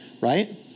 right